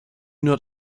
not